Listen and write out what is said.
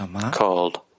called